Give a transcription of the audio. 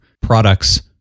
products